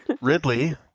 Ridley